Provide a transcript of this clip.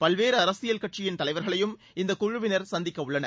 பல்வேறு அரசியல் கட்சியின் தலைவர்களையும் இந்தக் குழுவினர் சந்திக்கவுள்ளனர்